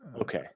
Okay